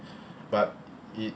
but it